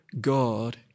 God